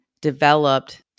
developed